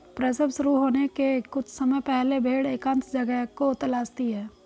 प्रसव शुरू होने के कुछ समय पहले भेड़ एकांत जगह को तलाशती है